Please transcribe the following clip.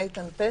איתן פסח,